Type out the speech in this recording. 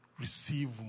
receive